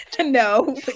no